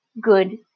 good